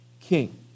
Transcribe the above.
king